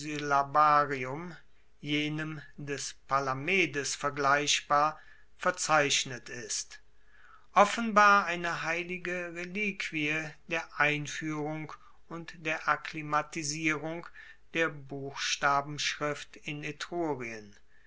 jenem des palamedes vergleichbar verzeichnet ist offenbar eine heilige reliquie der einfuehrung und der akklimatisierung der buchstabenschrift in